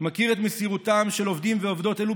מכיר את מסירותם של עובדים ועובדות אלו,